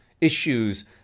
Issues